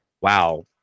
wow